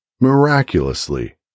Miraculously